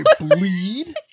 Bleed